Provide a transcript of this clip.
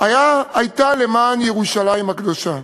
הייתה למען ירושלים הקדושה.